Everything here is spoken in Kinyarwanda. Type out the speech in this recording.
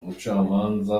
umucamanza